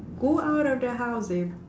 go out of the house they